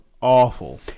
awful